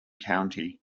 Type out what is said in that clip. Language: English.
county